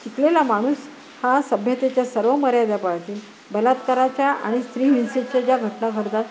शिकलेला माणूस हा सभ्यतेच्या सर्व मर्यादा पाळतो बलात्काराच्या आणि स्त्री हिंसेच्या ज्या घटना घडतात